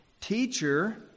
Teacher